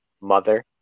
mother